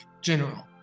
general